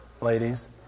ladies